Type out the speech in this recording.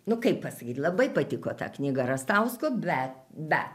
nu kaip pasakyt labai patiko ta knyga rastausko bet be